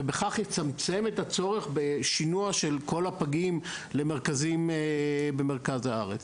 ובכך יצמצם את הצורך בשינוע של כל הפגים למרכזים במרכז הארץ.